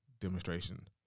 Demonstration